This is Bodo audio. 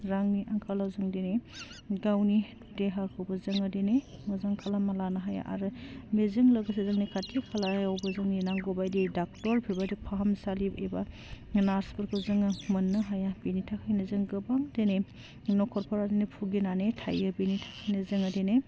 रांनि आंखालाव जों दिनै गावनि देहाखौबो जोङो दिनै मोजां खालामना लानो हाया आरो बेजों लोगोसे जोंनि खाथि खालायावबो जोंनि नांगौबायदि डाक्टर बिबायदि फाहामसालि एबा नार्सफोरखौ जोङो मोननो हाया बिनि थाखायनो जों गोबां दिनै नखरफोरानो भुगिनानै थायो बिनि थाखायनो जोङो दिनै